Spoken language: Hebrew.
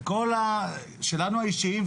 שלנו האישיים,